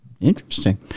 interesting